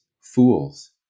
fools